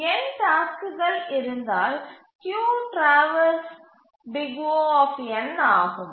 n டாஸ்க்குகள் இருந்தால் queue traverse O ஆகும்